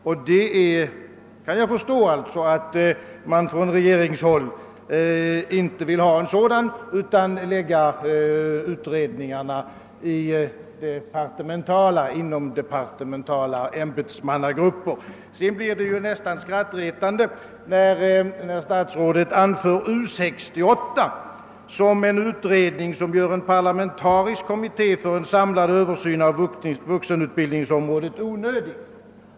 Jag kan förstå att man från regeringshåll inte vill ha en sådan utredning utan vill att den skall göras av departementala ämbetsmannagrupper. Det blir nästan skrattretande, när statsrådet anför U 68 som en utredning som gör en parlamentarisk kommitté för en samlad översyn av vuxenutbildningsområdet onödig.